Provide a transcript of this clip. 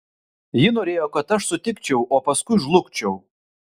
ji norėjo kad aš sutikčiau o paskui žlugčiau